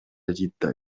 egipte